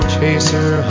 chaser